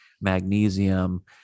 magnesium